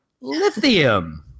lithium